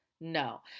No